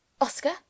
Oscar